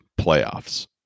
playoffs